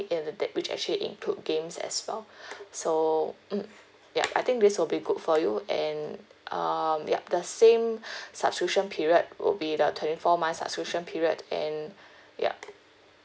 and uh that which actually include games as well so mm ya I think this will be good for you and um yup the same subscription period will be the twenty four month subscription period and yup